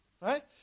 Right